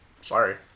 sorry